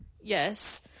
Yes